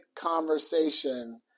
conversation